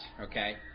okay